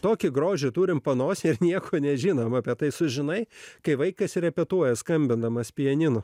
tokį grožį turime panosėje ir nieko nežinome apie tai sužinai kai vaikas repetuoja skambindamas pianinu